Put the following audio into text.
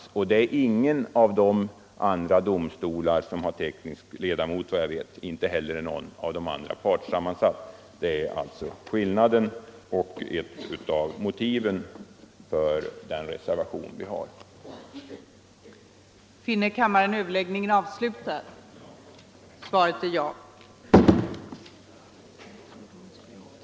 Såvitt jag vet är ingen annan av de domstolar som har teknisk ledamot sista instans, och inte heller är någon av dessa domstolar partssammansatt. Dessa skillnader är några av motiven för den reservation vi centerpartister har avgivit.